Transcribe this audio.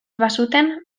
bazuten